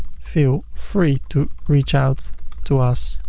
feel free to reach out to us.